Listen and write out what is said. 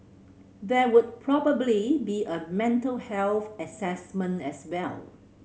there would probably be a mental health assessment as well